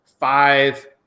Five